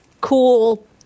cool